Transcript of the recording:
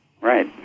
Right